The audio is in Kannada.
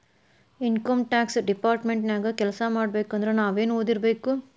ಇನಕಮ್ ಟ್ಯಾಕ್ಸ್ ಡಿಪಾರ್ಟ್ಮೆಂಟ ನ್ಯಾಗ್ ಕೆಲ್ಸಾಮಾಡ್ಬೇಕಂದ್ರ ನಾವೇನ್ ಒದಿರ್ಬೇಕು?